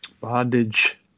Bondage